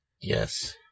Yes